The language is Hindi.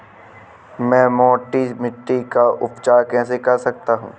मैं मोटी मिट्टी का उपचार कैसे कर सकता हूँ?